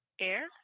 air